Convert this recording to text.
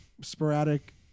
sporadic